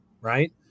right